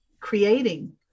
creating